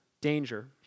danger